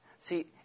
See